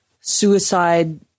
suicide